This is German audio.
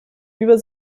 über